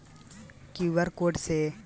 QR code से पईसा भेज सक तानी का?